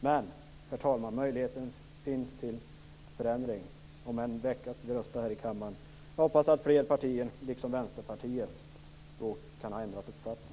Men, herr talman, möjligheten till förändring finns. Om en vecka skall vi rösta här i kammaren. Jag hoppas att fler partier då, i likhet med Vänsterpartiet, har ändrat uppfattning.